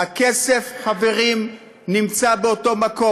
הכסף, חברים, נמצא באותו מקום.